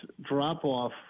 drop-off